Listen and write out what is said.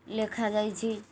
ଲେଖା ଯାଇଛି